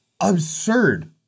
absurd